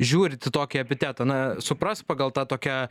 žiūrit į tokį epitetą na suprask pagal tą tokią